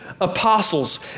apostles